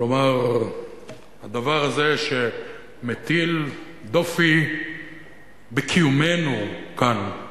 כלומר הדבר הזה שמטיל דופי בקיומנו כאן,